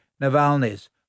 Navalny's